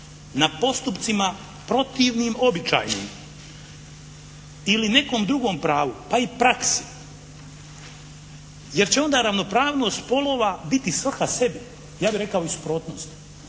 na postupcima protivnim običajnim ili nekom drugom pravu, pa i praksi, jer će onda ravnopravnost spolova biti svaka sebi, ja bih rekao i suprotnost.